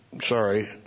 sorry